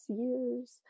years